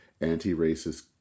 anti-racist